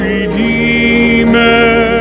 Redeemer